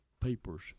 papers